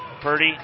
Purdy